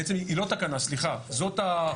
בעצם היא לא תקנה, סליחה, זאת ההוראה.